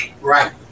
Right